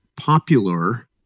Popular